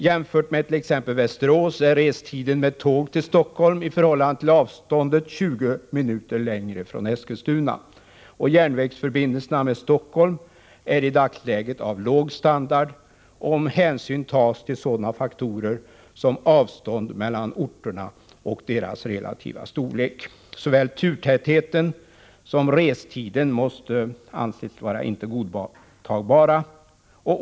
Jämfört med t.ex. Västerås är restiden med tåg till Stockholm i förhållande till avståndet 20 minuter längre från Eskilstuna. Järnvägsförbindelserna med Stockholm är i dagsläget av låg standard, om hänsyn tas till sådana faktorer som avstånd mellan orterna och deras relativa storlek. Såväl turtätheten som restiden kan inte anses vara godtagbara.